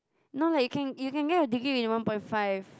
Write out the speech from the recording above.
no lah you can you can get a degree in one point five